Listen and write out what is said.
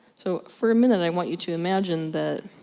so for a minute i want you to imagine that.